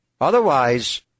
Otherwise